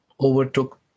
overtook